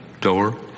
door